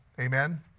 Amen